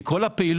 כי כל הפעילות